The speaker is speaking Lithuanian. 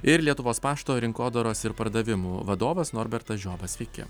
ir lietuvos pašto rinkodaros ir pardavimų vadovas norbertas žioba sveiki